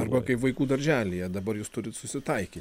arba kaip vaikų darželyje dabar jūs turit susitaiky